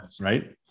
right